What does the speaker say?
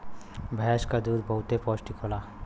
भैंस क दूध बहुते पौष्टिक होला